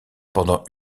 pendant